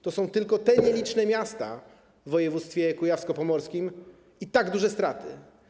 To są tylko nieliczne miasta w województwie kujawsko-pomorskim, a tak duże straty.